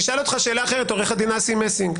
עורך הדין אסי מסינג,